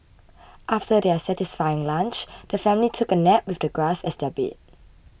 after their satisfying lunch the family took a nap with the grass as their bed